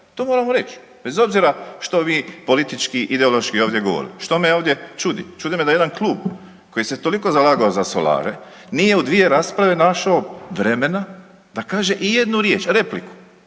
to moramo reć bez obzira što vi politički ideološki ovdje govorili. Što me ovdje čudi? Čudi me da jedan klub koji se toliko zalagao za solare nije u dvije rasprave našao vremena da kaže ijednu riječ, repliku